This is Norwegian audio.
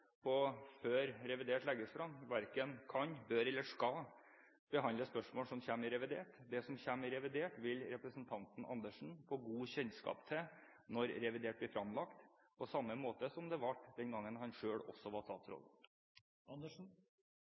før revidert legges frem, verken kan, bør eller skal behandle spørsmål som kommer i revidert. Det som kommer i revidert, vil representanten Andersen få god kjennskap til når revidert blir fremlagt, på samme måte som det var da han selv var statsråd.